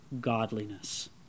godliness